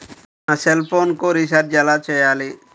నా సెల్ఫోన్కు రీచార్జ్ ఎలా చేయాలి?